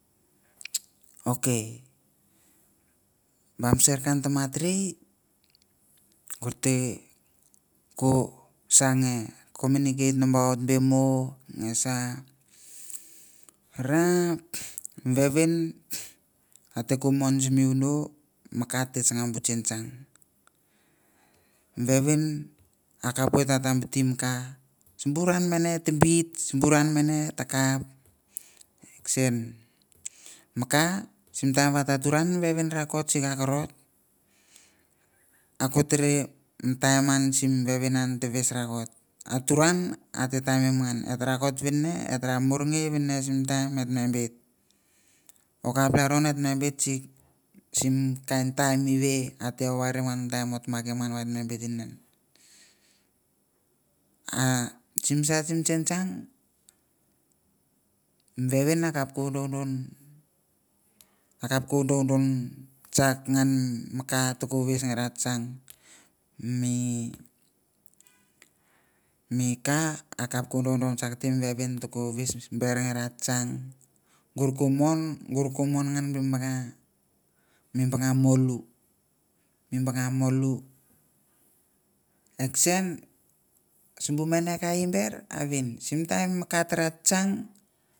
Ok ba baser ken tamat rei, gor te ko san nge communication nambaut be mo, nge sa ra vevin a te ko mon simi vono mi ka te tsanga bu tsentsang vevin akapoit va ta biti mi ka simbu ra namene ta bit, simbu ra namene ta kap e kese mi ka sim taim va ta turan mi vevin rakot sika korot, ako tere taim an sim vevin an ta ves rakot. A turan ate taiinim ngan, et rakot ven ne, et ta ra moirngei ven ne sim taim et me bet. Okap lalron et me bet sik sim kain taim o ve a te overim ngan mi taim o ta makim ngan va et me bet erien. A sim sait sim tsentsang mi vevin a kap ko vodovodon a kap ko vodovodon tsak ngan mi ka toko ves nge ra tsang. Mi mi ka akap ko vododon tskte me vevin toko ves ves ber nge ra tsang gor ko mon, gor ko mon ngan mi banga mi banga molu, mi banga molu, e kesen simbu mene ka i ber aven, sim taim mi ka tara tsang